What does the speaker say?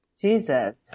Jesus